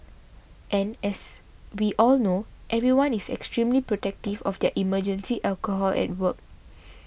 and as we all know everyone is extremely protective of their emergency alcohol at work